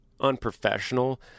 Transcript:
unprofessional